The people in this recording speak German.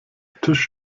tisch